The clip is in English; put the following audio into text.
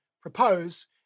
propose